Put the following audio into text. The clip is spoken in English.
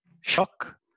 shock